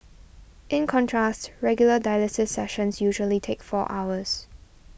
in contrast regular dialysis sessions usually take four hours